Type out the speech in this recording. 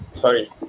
Sorry